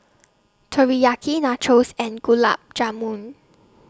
Teriyaki Nachos and Gulab Jamun